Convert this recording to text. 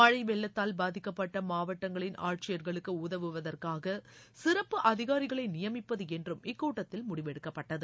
மழை வெள்ளத்தால் பாதிக்கப்பட்ட மாவட்டங்களின் ஆட்சியர்களுக்கு உதவுவதற்காக சிறப்பு அதிகாரிகளை நியமிப்பது என்றும் இக்கூட்டத்தில் முடிவு எடுக்கப்பட்டது